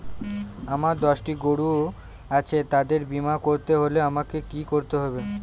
আমার দশটি গরু আছে তাদের বীমা করতে হলে আমাকে কি করতে হবে?